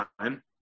time